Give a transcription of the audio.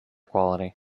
quality